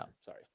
sorry